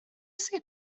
see